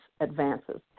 Advances